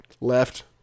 left